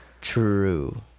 True